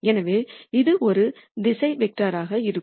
எனவே இது ஒரு திசை வெக்டார் ஆக இருக்கும்